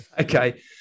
Okay